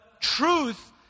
truth